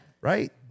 Right